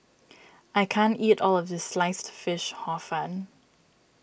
I can't eat all of this Sliced Fish Hor Fun